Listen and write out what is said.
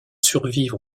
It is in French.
survivre